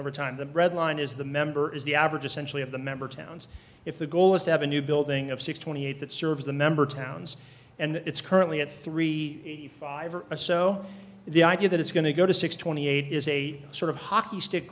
over time the red line is the member is the average essentially of the member towns if the goal is to have a new building of six twenty eight that serves the number towns and it's currently at three five or so the idea that it's going to go to six twenty eight is a sort of hockey stick